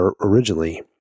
originally